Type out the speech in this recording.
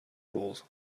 pools